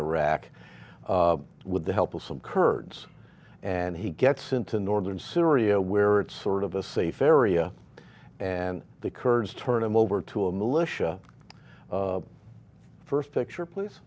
iraq with the help of some kurds and he gets into northern syria where it's sort of a safe area and the kurds turn him over to a militia first picture place